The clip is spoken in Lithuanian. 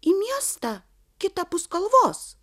į miestą kitapus kalvos